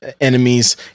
enemies